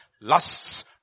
lusts